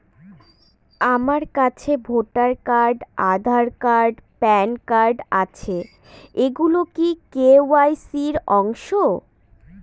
আমার কাছে voter card Aadhaar card PAN card আছে এগুলো কি কে.ওয়াই.সি র অংশ?